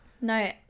No